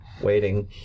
waiting